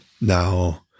now